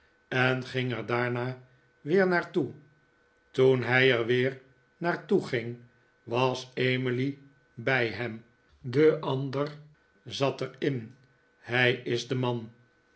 en ging er daarna weer naar toe toen hij er weer naar toe ging was emily bij hem de ander zat er in hij is de man